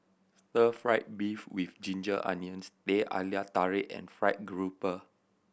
stir fried beef with ginger onions Teh Halia Tarik and Fried Garoupa